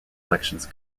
elections